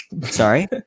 Sorry